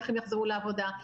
איך הן יחזרו לעבודה,